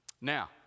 now